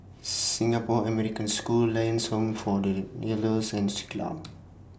Singapore American School Lions Home For The and Siglap